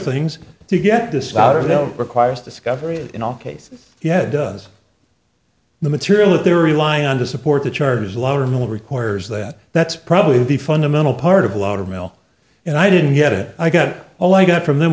things to get this out of them requires discovery in all cases yet does the material that they're relying on to support the charges loudermilk requires that that's probably the fundamental part of a lot of mail and i didn't get it i got all i got from them